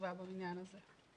חשובה בעניין הזה.